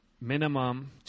Minimum